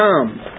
come